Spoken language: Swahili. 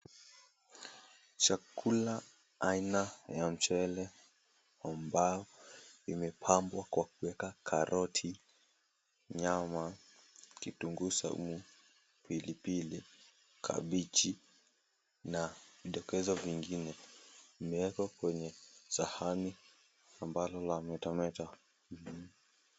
Chakula aina ya mchele ambao imepambwa kwa kueka karoti, nyama, kitunguu saumu, pilipili, kabichi na vidokezo vingine, vimewekwa kwenye sahani ambalo lametameta.